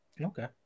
Okay